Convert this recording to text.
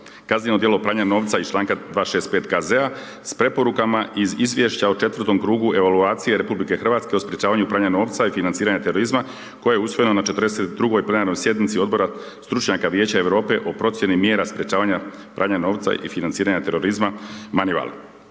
kazneno djelo pranja novca iz članka 265. KZ-a s preporukama iz izvješća o četvrtom krugu evaluacije RH o sprječavanju pranja novca i financiranja terorizma koje je usvojeno na 42. plenarnoj sjednici Odbora stručnjaka Vijeća Europe o procjeni mjera sprječavanja pranja novca i financiranja terorizma moneyval.